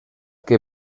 que